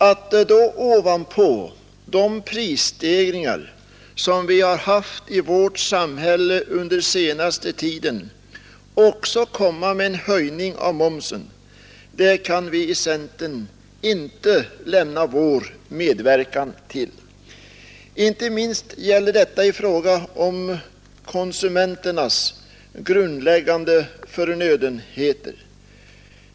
Att ovanpå de prisstegringar som vi har haft i vårt samhälle under den senaste tiden också komma med en höjning av momsen, det kan vi i centern inte lämna vår medverkan till. Inte minst gäller detta i fråga om konsumenternas grundläggande förnödenheter.